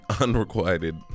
Unrequited